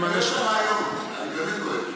אני אוהב את הרעיון, אני באמת אוהב אותו.